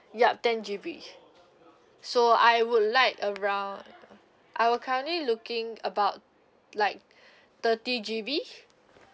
yup ten G_B so I would like around I will currently looking about like thirty G_B